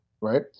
right